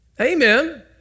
Amen